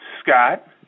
Scott